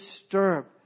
disturbed